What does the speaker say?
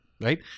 Right